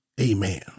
Amen